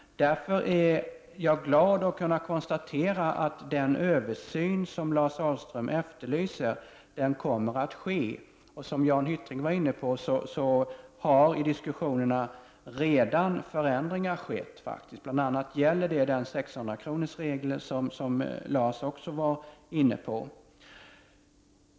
Jag är därför glad att kunna konstatera att den översyn som Lars Ahlström efterlyser kommer att ske. Som Jan Hyttring nämnde har förändringar skett redan i diskussionen, bl.a. gäller det 600-kronorsregeln som Lars Ahlström tog upp.